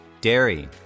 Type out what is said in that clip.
dairy